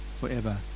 forever